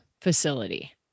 facility